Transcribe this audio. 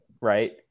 right